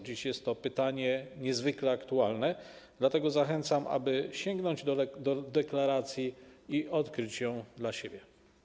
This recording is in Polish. Dziś jest to pytanie niezwykle aktualne, dlatego zachęcam, aby sięgnąć do deklaracji i odkryć ją dla siebie.